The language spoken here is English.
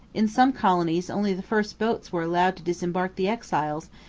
in some colonies only the first boats were allowed to disembark the exiles,